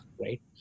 right